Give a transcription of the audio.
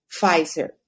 Pfizer